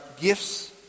gifts